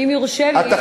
אם יורשה לי,